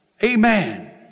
Amen